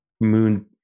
moon